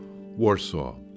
Warsaw